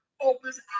opens